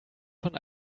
von